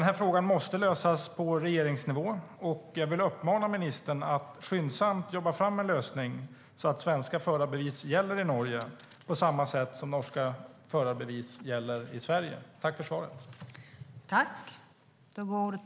Frågan måste lösas på regeringsnivå, och jag vill uppmana ministern att skyndsamt jobba fram en lösning, så att svenska förarbevis gäller i Norge på samma sätt som norska förarbevis gäller i Sverige. Tack för svaret!